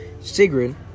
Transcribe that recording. Sigrid